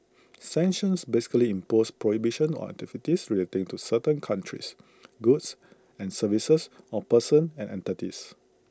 sanctions basically impose prohibitions on activities relating to certain countries goods and services or persons and entities